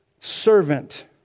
servant